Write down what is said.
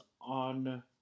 on